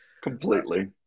Completely